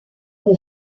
une